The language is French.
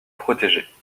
protégées